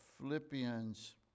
Philippians